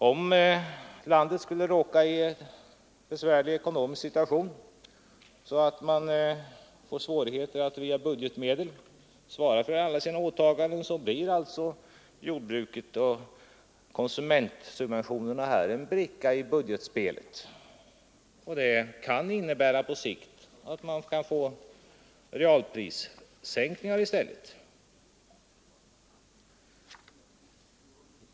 Om landet skulle råka i en besvärlig ekonomisk situation och få svårigheter att via budgetmedel svara för alla åtaganden, så blir alltså jordbruket och konsumentsubventionerna en bricka i budgetspelet. Och det kan på sikt innebära att vi får realprissänkningar i stället.